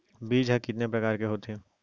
बीज ह कितने प्रकार के होथे?